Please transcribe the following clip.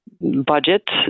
budget